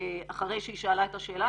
אחרי שהיא שאלה את השאלה.